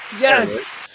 Yes